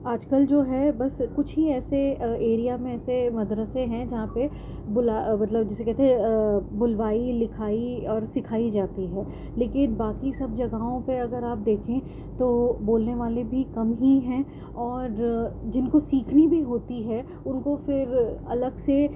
آج کل جو ہے بس کچھ ہی ایسے ایریا میں ایسے مدرسے ہیں جہاں پہ مطلب جیسے کہتے ہیں بلوائی لکھائی اور سکھائی جاتی ہے لیکن باقی سب جگہوں پہ اگر آپ دیکھیں تو بولنے والے بھی کم ہی ہیں اور جن کو سیکھنی بھی ہوتی ہے ان کو پھر الگ سے